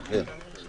לכלל.